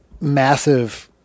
massive